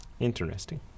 Interesting